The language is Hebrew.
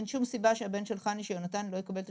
אין שום סיבה שהבן של חני לא יקבל את